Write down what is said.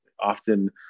often